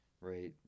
right